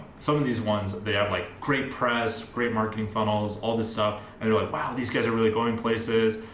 some of these ones, they have like great press, great marketing funnels, all this stuff. and you're like wow, these guys are really going places.